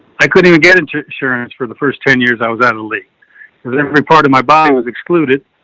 i couldn't even get into insurance for the first ten years i was out of the league cause every part of my bottom was excluded.